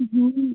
হুম